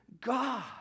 God